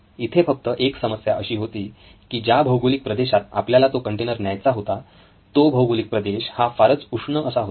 इथे फक्त एक समस्या अशी होती की ज्या भौगोलिक प्रदेशात आपल्याला तो कंटेनर न्यायचा होता तो भौगोलिक प्रदेश हा फारच उष्ण असा होता